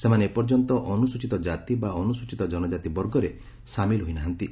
ସେମାନେ ଏ ପର୍ଯ୍ୟନ୍ତ ଅନୁସୂଚୀତ କାତି ବା ଅନୁସୂଚୀତ କନକାତି ବର୍ଗରେ ସାମିଲ ହୋଇ ନାହାନ୍ତି